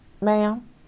ma'am